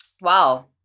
wow